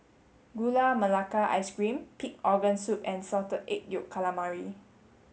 Gula Melaka ice cream pig organ soup and salted egg yolk calamari